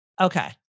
Okay